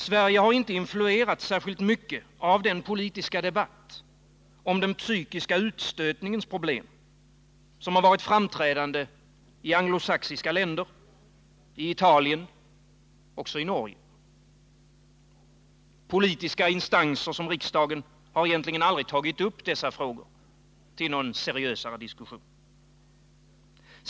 Sverige har inte influerats nämnvärt av den politiska debatt om den psykiska utstötningens problem, som varit framträdande i anglosachsiska länder, i Italien och även i Norge. Politiska instanser som riksdagen har egentligen aldrig tagit upp dessa frågor till seriös diskussion.